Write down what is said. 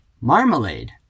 marmalade